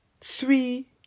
three